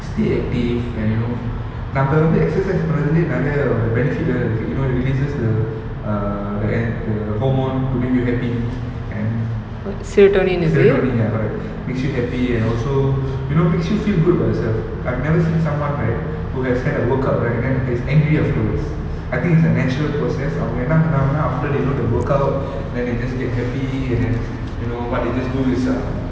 stay active and you know அந்தஇடத்துல:antha idathula exercise பண்றதுக்குநெறய:panrathuku niraiya benefit இருக்கு:iruku if you know it replaces the err the at~ the hormone to make you happy and serotonin ya correct makes you happy and also you know makes you feel good about yourself I've never seen someone right who has had a workout right and then he's angry afterwards I think it's a natural process அவங்கஎன்னசொல்றங்கனா:avanga enna solranganna after you know they workout then they just get happy and then you know what they just do is err